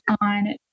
on